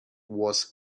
was